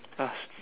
ah